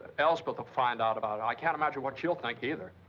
elspeth'll find out about it. i can't imagine what she'll think either.